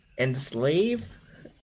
enslave